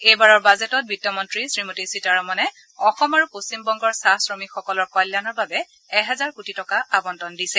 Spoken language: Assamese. এইবাৰৰ বাজেটত বিত্তমন্ত্ৰী শ্ৰীমতী সীতাৰমনে অসম আৰু পশ্চিমবংগৰ চাহ শ্ৰমিকসকলৰ কল্যাণৰ বাবে এহেজাৰ কোটি টকা আবণ্টন দিছে